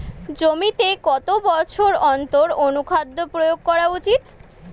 জমিতে কত বছর অন্তর অনুখাদ্য প্রয়োগ করা উচিৎ?